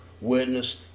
witness